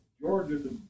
Georgia's